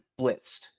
blitzed